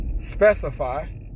specify